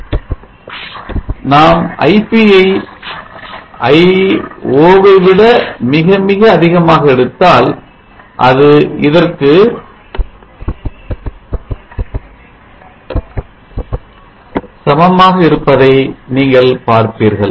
V nV ln Ip I0 OC T 0 நாம் Ip ஐ I0 ஐ விட மிக மிக அதிகமாக எடுத்தால் அது இதற்கு Ip V ≈ nV ln OC T 0 சமமாக இருப்பதை நீங்கள் பார்ப்பீர்கள்